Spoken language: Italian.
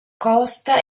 costa